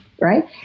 right